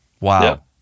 Wow